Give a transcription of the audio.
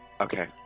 Okay